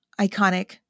iconic